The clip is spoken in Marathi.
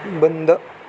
बंद